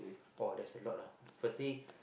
uh oh there's a lot lah firstly